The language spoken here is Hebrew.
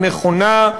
הנכונה,